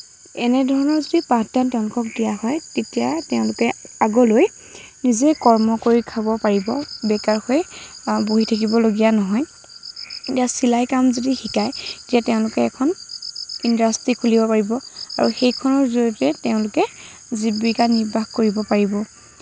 এনেধৰণৰ যদি পাঠদান তেওঁলোকক দিয়া হয় তেতিয়া তেওঁলোকে আগলৈ নিজে কৰ্ম কৰি খাব পাৰিব বেকাৰ হৈ বহি থাকিবলগীয়া নহয় এতিয়া চিলাই কাম যদি শিকায় তেতিয়া তেওঁলোকে এখন ইণ্ডাষ্ট্ৰী খুলিব পাৰিব আৰু সেইখনৰ জড়িয়তে তেওঁলোকে জীৱিকা নিৰ্বাহ কৰিব পাৰিব